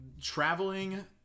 traveling